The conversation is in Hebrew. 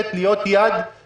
אין מדובר בחוק נורווגי,